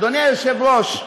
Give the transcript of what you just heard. אדוני היושב-ראש,